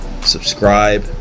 subscribe